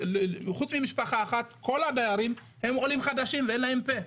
חוץ ממשפחה אחת, הם עולים חדשים, ואין להם פה.